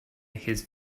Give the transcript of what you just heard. his